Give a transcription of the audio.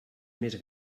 més